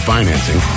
Financing